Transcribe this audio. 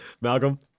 Malcolm